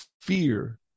fear